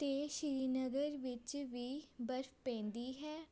ਅਤੇ ਸ਼੍ਰੀਨਗਰ ਵਿੱਚ ਵੀ ਬਰਫ ਪੈਂਦੀ ਹੈ